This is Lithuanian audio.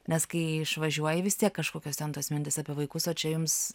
nes kai išvažiuoji vis tiek kažkokios ten tos mintys apie vaikus o čia jums